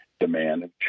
demand